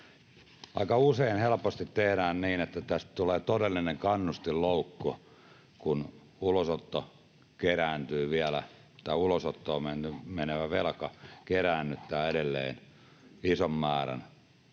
Aika usein helposti tehdään niin, että tästä tulee todellinen kannustinloukku, kun ulosottoon menevä velka keräännyttää edelleen ison määrän